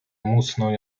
musnął